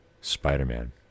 Spider-Man